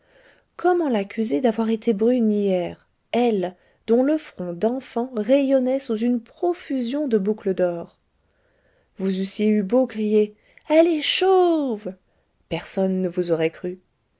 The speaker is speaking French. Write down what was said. comment l'accuser d'avoir été brune hier elle dont le front d'enfant rayonnait sous une profusion de boucles d'or vous eussiez eu beau crier elle est chauve personne ne vous aurait cru